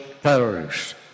terrorists